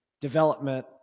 development